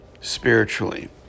spiritually